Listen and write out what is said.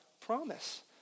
promise